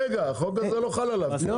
החוק הזה לא חל עליו.